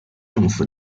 政府